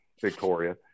Victoria